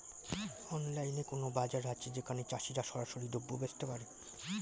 অনলাইনে কোনো বাজার আছে যেখানে চাষিরা সরাসরি দ্রব্য বেচতে পারে?